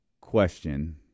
question